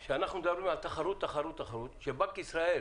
אנחנו מדברים על תחרות, תחרות, תחרות, שבנק ישראל